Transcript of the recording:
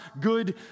good